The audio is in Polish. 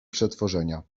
przetworzenia